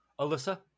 Alyssa